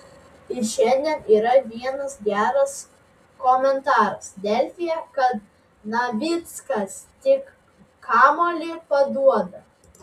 ir šiandien yra vienas geras komentaras delfyje kad navickas tik kamuolį paduoda